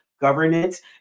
governance